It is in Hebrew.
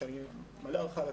שאני מלא הערכה אליו,